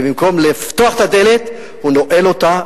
ובמקום לפתוח את הדלת הוא נועל אותה,